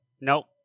Nope